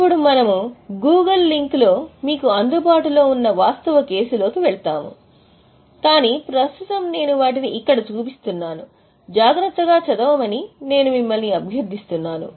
ఇప్పుడు మనము గూగుల్ లింక్లో మీకు అందుబాటులో ఉన్న వాస్తవ కేసులోకి వెళ్తాము కాని ప్రస్తుతం నేను వాటిని ఇక్కడ చూపిస్తున్నాను జాగ్రత్తగా చదవమని నేను మిమ్మల్ని అభ్యర్థిస్తున్నాను